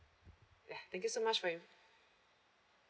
yeah thank you so much for your